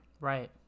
right